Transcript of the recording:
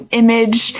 image